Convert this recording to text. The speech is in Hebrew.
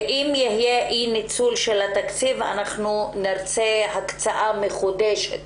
אם יהיה אי ניצול של התקציב נרצה הקצאה מחודשת